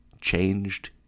changed